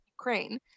Ukraine